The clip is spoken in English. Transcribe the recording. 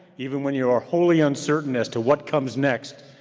even when you are wholly uncertain as to what comes next,